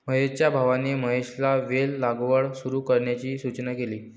महेशच्या भावाने महेशला वेल लागवड सुरू करण्याची सूचना केली